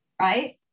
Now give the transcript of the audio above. right